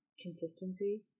consistency